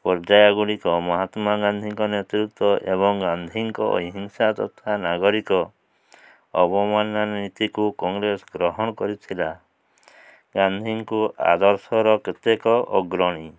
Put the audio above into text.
ପର୍ଯ୍ୟାୟ ଗୁଡ଼ିକ ମହାତ୍ମା ଗାନ୍ଧୀଙ୍କ ନେତୃତ୍ଵ ଏବଂ ଗାନ୍ଧୀଙ୍କ ଅହଂସା ତଥା ନାଗରିକ ଅବମାନନା ନୀତିକୁ କଂଗ୍ରେସ ଗ୍ରହଣ କରିଥିଲା ଗାନ୍ଧୀଙ୍କୁ ଆଦର୍ଶର କେତେକ ଅଗ୍ରଣୀ